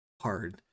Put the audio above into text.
hard